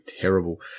Terrible